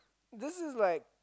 this is like